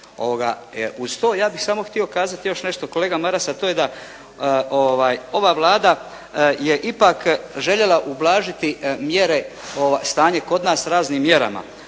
Uz to ja bih samo htio kazati još nešto kolega Maras, a to je da ova Vlada je ipak željela ublažiti mjere, stanje kod nas raznim mjerama